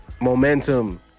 Momentum